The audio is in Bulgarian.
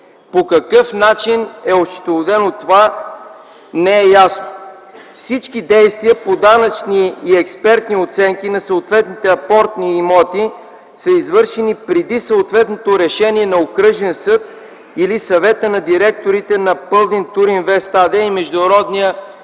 По какъв начин е осчетоводено това – не е ясно. Всички действия по данъчни и експертни оценки на съответните апортни имоти са извършени преди съответното решение на окръжен съд или Съвета на директорите на „Пълдинг Туринвест” АД и Международния